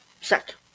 suck